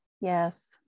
Yes